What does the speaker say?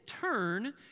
turn